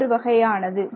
இது ஒரு வகையானது